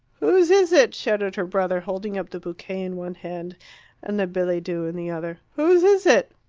whose is it? shouted her brother, holding up the bouquet in one hand and the billet-doux in the other. whose is it?